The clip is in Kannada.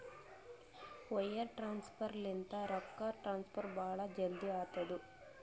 ವೈರ್ ಟ್ರಾನ್ಸಫರ್ ಲಿಂತ ರೊಕ್ಕಾ ಟ್ರಾನ್ಸಫರ್ ಭಾಳ್ ಜಲ್ದಿ ಆತ್ತುದ